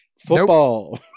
football